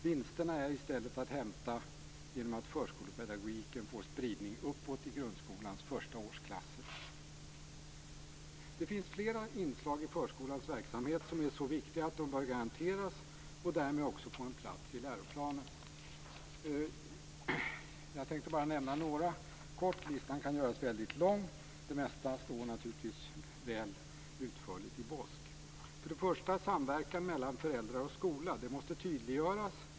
Vinsterna är i stället att hämta genom att förskolepdagogiken får spridning uppåt i grundskolans första årsklasser. Det finns flera inslag i förskolans verksamhet som är så viktiga att de bör garanteras och därmed också bör ha en plats i läroplanen. Jag tänkte bara nämna några. Listan kan göras lång, men det mesta står naturligtvis utförligt beskrivet i BOSK. Samverkan mellan föräldrar och förskola måste tydliggöras.